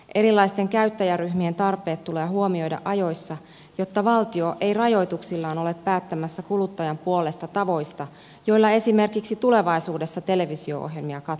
erilaisten käyttäjäryhmien tarpeet tulee huomioida ajoissa jotta valtio ei rajoituksillaan ole päättämässä kuluttajan puolesta tavoista joilla esimerkiksi tule vaisuudessa televisio ohjelmia katsotaan